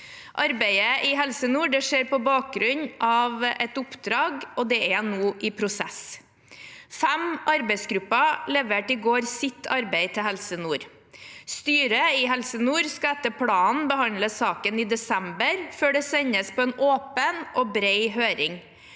Arbeidet i Helse Nord skjer på bakgrunn av et oppdrag, og det er nå i prosess. Fem arbeidsgrupper leverte i går sitt arbeid til Helse Nord. Styret i Helse Nord skal etter planen behandle saken i desember, før det sendes på en åpen og bred høring.